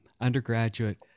undergraduate